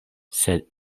sed